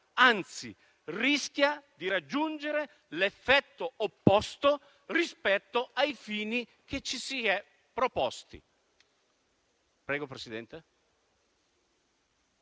anzi rischia di raggiungere l'effetto opposto rispetto ai fini che ci si è proposti.